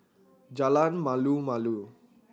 Jalan Malu Malu